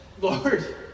Lord